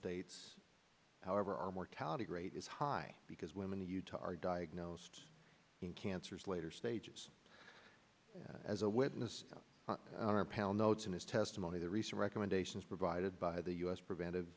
dates however our mortality rate is high because women to you to are diagnosed in cancers later stages as a witness in our panel notes in his testimony the recent recommendations provided by the u s preventive